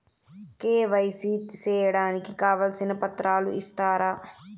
KYC సేయడానికి కావాల్సిన పత్రాలు ఇస్తారా?